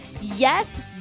Yes